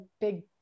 big